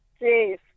yes